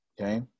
Okay